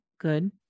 Good